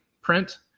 print